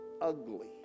ugly